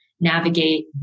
navigate